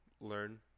learn